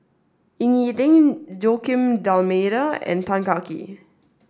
Ying E Ding Joaquim D'almeida and Tan Kah Kee